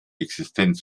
existenz